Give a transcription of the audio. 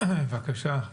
בבקשה.